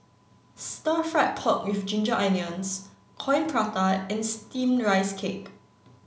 stir fried pork with ginger onions coin prata and steamed rice cake